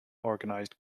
organized